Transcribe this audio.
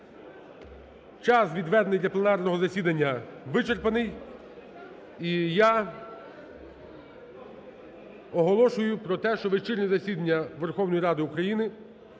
Час, відведений для пленарного засідання, вичерпаний. І я оголошую про те, що вечірнє засідання Верховної Ради України